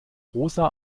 rosa